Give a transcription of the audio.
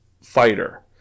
fighter